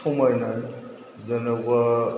समायनाय जेन'बा